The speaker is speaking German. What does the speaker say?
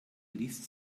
liest